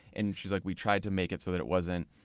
and she's like, we tried to make it so that it wasn't,